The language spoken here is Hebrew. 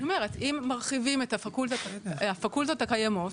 אני אומרת, אם מרחיבים את הפקולטות הקיימות.